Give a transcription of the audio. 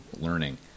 learning